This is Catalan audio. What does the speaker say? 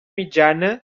mitjana